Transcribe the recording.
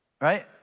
Right